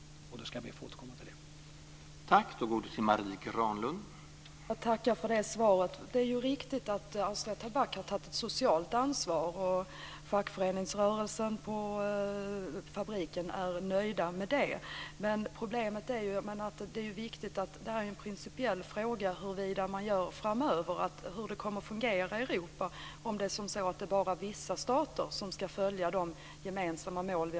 Jag ska då be att få återkomma till detta.